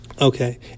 Okay